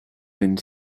wind